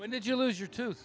when did you lose your to